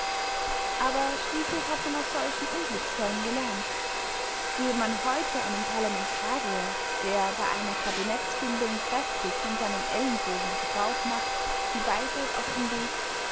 aber schließlich hat man aus solchen unglücksfällen gelernt gäbe man heute einem parlamentarier der bei einer kabinettsbildung kräftig von seinen ellenbogen gebrauch macht die weisheit auf den weg